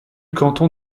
canton